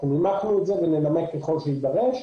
אנחנו נימקנו את זה וננמק ככל שיידרש.